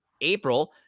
April